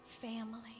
family